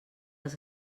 els